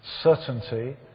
certainty